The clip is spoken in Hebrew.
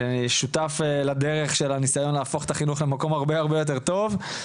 שותף לדרך של הניסיון להפוך את החינוך למקום הרבה יותר טוב.